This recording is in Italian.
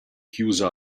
chiusa